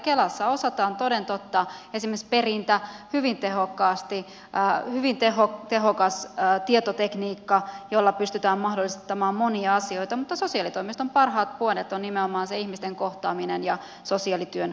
kelassa osataan toden totta esimerkiksi perintä hyvin tehokkaasti siellä on hyvin tehokas tietotekniikka jolla pystytään mahdollistamaan monia asioita mutta sosiaalitoimiston parhaat puolet ovat nimenomaan se ihmisten kohtaaminen ja sosiaalityön osaaminen